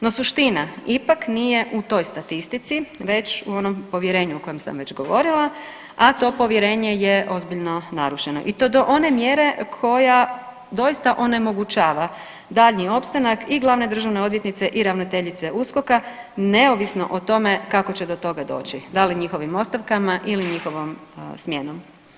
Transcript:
No, suština ipak nije u toj statistici već u onom povjerenju o kojem sam već govorila, a to povjerenje je ozbiljno narušeno i to do one mjere koja doista onemogućava daljnji opstanak i glavne državne odvjetnice i ravnateljice USKOK-a neovisno o tome kako će do toga doći da li njihovim ostavkama ili njihovom smjenom.